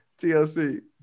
TLC